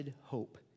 hope